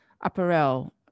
apparel